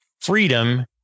freedom